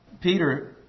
Peter